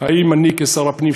האם אני כשר הפנים,